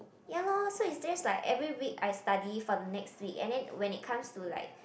ya lor so is just like every week I study for the next week and then when it comes to like